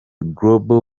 global